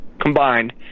combined